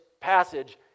passage